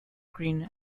green